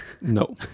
No